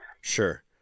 Sure